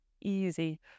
easy